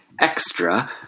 extra